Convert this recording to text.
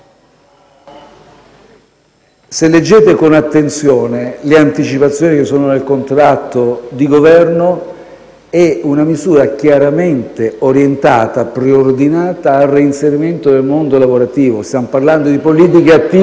Se leggete con attenzione le anticipazioni che sono nel contratto di governo, è una misura chiaramente orientata, preordinata al reinserimento nel mondo lavorativo. Stiamo parlando di politiche attive